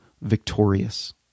victorious